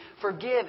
forgive